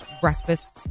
breakfast